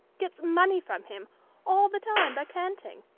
gets money from him all the time by canting,